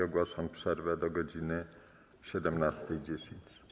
Ogłaszam przerwę do godz. 17.10.